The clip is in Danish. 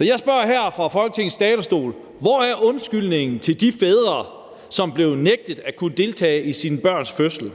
jeg spørger her fra Folketingets talerstol: Hvor er undskyldningen til de fædre, som blev nægtet at kunne deltage i deres børns fødsel?